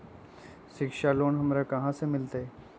शिक्षा लोन हमरा कहाँ से मिलतै?